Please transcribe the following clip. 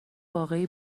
واقعی